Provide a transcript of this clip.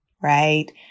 right